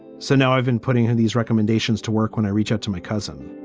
so now i've been putting these recommendations to work when i reach out to my cousin.